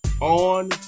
on